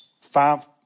five